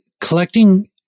Collecting